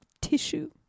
tissue